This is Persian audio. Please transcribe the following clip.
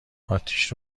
اتیش